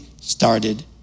started